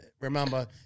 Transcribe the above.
remember